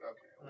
Okay